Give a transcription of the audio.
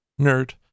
nerd